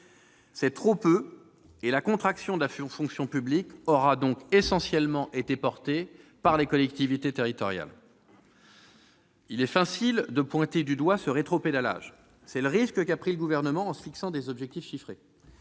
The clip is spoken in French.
C'est trop peu ! La contraction de la fonction publique aura donc essentiellement été supportée par les collectivités territoriales. Il est facile de pointer du doigt ce rétropédalage : le Gouvernement en a pris le risque en se fixant des objectifs chiffrés.